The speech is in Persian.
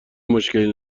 مشکلی